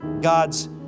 God's